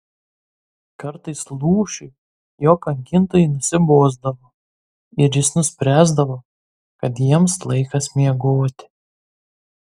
kartais lūšiui jo kankintojai nusibosdavo ir jis nuspręsdavo kad jiems laikas miegoti